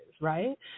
right